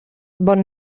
bon